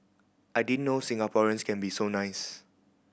I didn't know Singaporeans can be so nice